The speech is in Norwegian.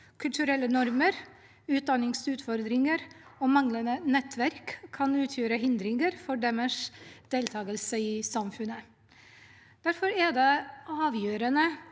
kulturelle normer, utdanningsutfordringer og manglende nettverk kan utgjøre hindringer for deres deltakelse i samfunnet. Derfor er det avgjørende